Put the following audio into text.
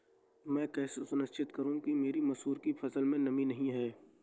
मैं कैसे सुनिश्चित करूँ कि मेरी मसूर की फसल में नमी नहीं है?